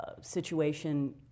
situation